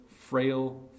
frail